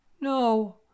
no